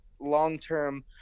long-term